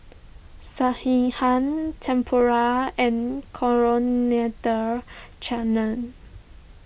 Sekihan Tempura and Coriander Chutney